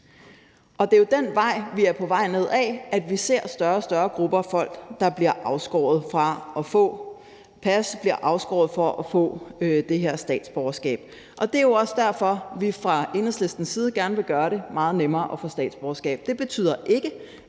Det er jo den vej, vi er på vej ned ad: at vi ser større og større grupper af folk, der bliver afskåret fra at få pas, bliver afskåret fra at få det her statsborgerskab. Det er jo også derfor, at vi fra Enhedslistens side gerne vil gøre det meget nemmere at få statsborgerskab.